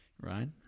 right